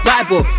Bible